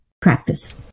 practice